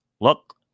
Look